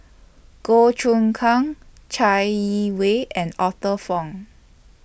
Goh Choon Kang Chai Yee Wei and Arthur Fong